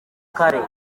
kare